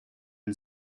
the